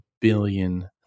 billion